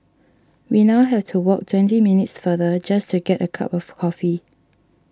we now have to walk twenty minutes farther just to get a cup of coffee